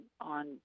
on